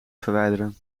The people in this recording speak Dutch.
verwijderen